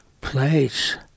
place